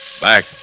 back